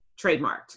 trademarked